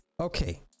Okay